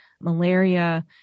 malaria